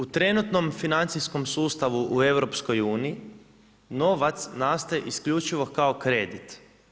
U trenutnom financijskom sustavu u EU novac nastaje isključivo kao kredit.